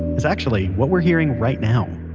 it's actually what we're hearing right now